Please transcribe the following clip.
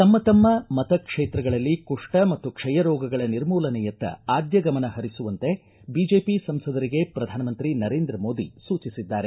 ತಮ್ನ ತಮ್ನ ಮತ ಕ್ಷೇತ್ರಗಳಲ್ಲಿ ಕುಪ್ಲ ಮತ್ತು ಕ್ಷಯ ರೋಗಗಳ ನಿರ್ಮೂಲನೆಯತ್ನ ಆದ್ಯ ಗಮನ ಹರಿಸುವಂತೆ ಬಿಜೆಪಿ ಸಂಸದರಿಗೆ ಪ್ರಧಾನಮಂತ್ರಿ ನರೇಂದ್ರ ಮೋದಿ ಸೂಚಿಸಿದ್ದಾರೆ